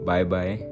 Bye-bye